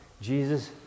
Jesus